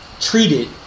treated